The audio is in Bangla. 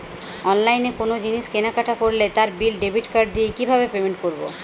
অনলাইনে কোনো জিনিস কেনাকাটা করলে তার বিল ডেবিট কার্ড দিয়ে কিভাবে পেমেন্ট করবো?